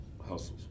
hustles